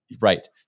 right